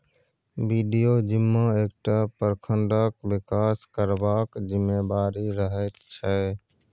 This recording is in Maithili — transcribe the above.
बिडिओ जिम्मा एकटा प्रखंडक बिकास करबाक जिम्मेबारी रहैत छै